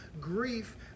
grief